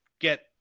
get